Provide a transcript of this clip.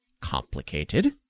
complicated